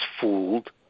fooled